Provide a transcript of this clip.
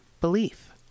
belief